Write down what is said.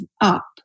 up